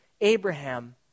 Abraham